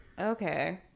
okay